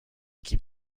keep